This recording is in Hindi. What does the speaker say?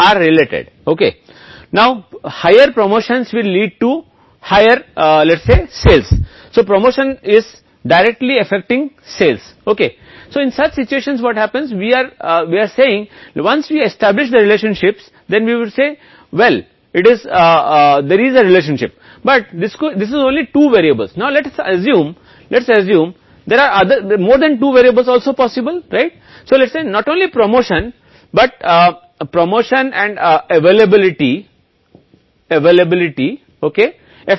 अब उच्च पदोन्नति से बिक्री बढ़ेगी जिससे हम सीधे बिक्री को प्रभावित करेंगे तो ऐसी स्थितियों में क्या होता है जब हम एक बार संबंध स्थापित करने के बाद कह रहे होते हैं कि यह एक रिश्ता है लेकिन यह केवल दो चर हो सकते हैं मान लें कि दो से अधिक चर भी संभव हैं इसलिए कहें कि नहीं केवल प्रचार लेकिन पदोन्नति और उपलब्धता बिक्री प्रभाव